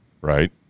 right